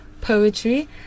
poetry